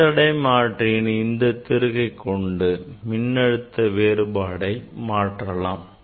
மின்தடை மாற்றியின் இந்த திருகை கொண்டு மின்னழுத்த வேறுபாட்டை மாற்றலாம்